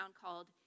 called